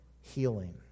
healing